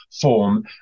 form